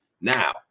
Now